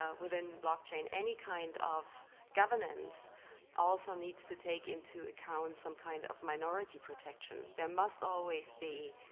ah within blockchain any kind of governance also needs to take into account some kind of minority protection. there must always be,